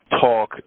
talk